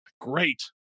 great